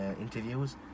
interviews